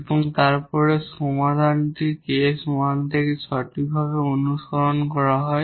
এবং তারপর সমাধানটি কেস 1 থেকে সঠিকভাবে অনুসরণ করা হয়